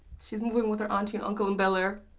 she's moving with her auntie and uncle in bel-air.